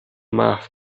محو